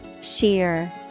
Sheer